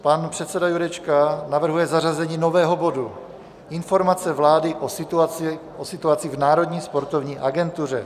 Pan předseda Jurečka navrhuje zařazení nového bodu, Informace vlády o situaci v Národní sportovní agentuře.